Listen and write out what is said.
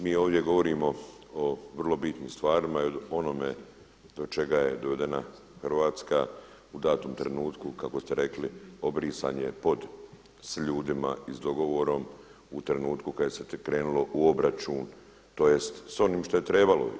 Mi ovdje govorimo o vrlo bitnim stvarima ili onome do čega je dovedena Hrvatska u datom trenutku kako ste rekli, obrisan je pod s ljudima i s dogovorom u trenutku kada se krenulo u obračun tj. s onim što je trebalo.